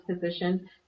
position